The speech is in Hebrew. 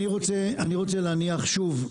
אני רוצה להניח שוב,